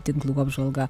tinklų apžvalga